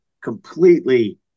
completely